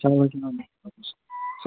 چلو جِناب بِہِو رۅبَس حَوال